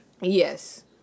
yes